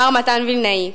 מר מתן וילנאי,